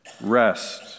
rest